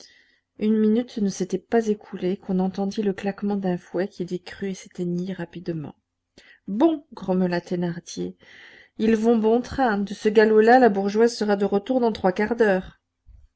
une minute ne s'était pas écoulée qu'on entendit le claquement d'un fouet qui décrut et s'éteignit rapidement bon grommela thénardier ils vont bon train de ce galop là la bourgeoise sera de retour dans trois quarts d'heure